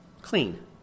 Clean